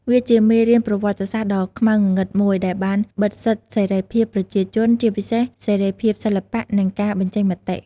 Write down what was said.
វាជាមេរៀនប្រវត្តិសាស្ត្រដ៏ខ្មៅងងឹតមួយដែលបានបិទសិទ្ធសេរីភាពប្រជាជន ជាពិសេសសេរីភាពសិល្បៈ និងការបញ្ចេញមតិ។